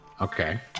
Okay